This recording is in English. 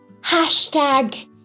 Hashtag